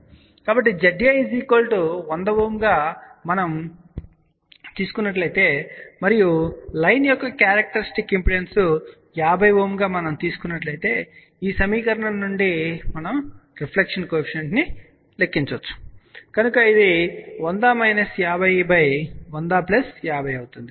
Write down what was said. కాబట్టి ZA 100Ω గా మరియు లైన్ యొక్క క్యారెక్టర్స్టిక్ ఇంపిడెన్స్ 50Ω అని పరిగణించినప్పుడు ఈ సమీకరణం నుండి మనం రిఫ్లెక్షన్ కోఎఫిషియంట్ ను లెక్కించవచ్చు కనుక ఇది 100−50 10050 అవుతుంది